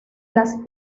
las